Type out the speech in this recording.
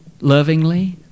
Lovingly